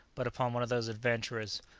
but upon one of those adventurers,